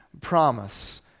promise